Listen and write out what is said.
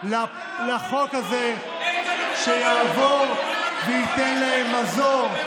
שהחוק הזה יעבור ושייתן להם מזור,